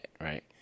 right